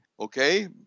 Okay